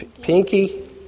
Pinky